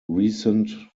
recent